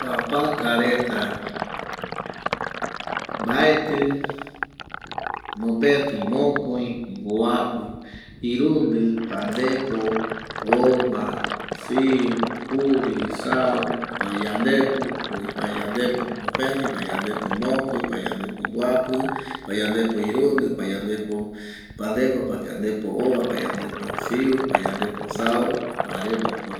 ﻿Papaka reta mbaeti, mopeti, mokoi, mboapi, irundi, pandepo, ova, siu, juri, sau, payandepo, jokgüi payandepo mopeti, payandepo mokoi, payandepo mboapi, payandepo irundu, payandepo pandep, payandepo ova, pyandepo siu, pyandepo sau jare mokoipa